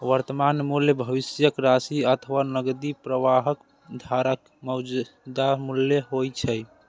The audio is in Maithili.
वर्तमान मूल्य भविष्यक राशि अथवा नकदी प्रवाहक धाराक मौजूदा मूल्य होइ छै